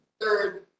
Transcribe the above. third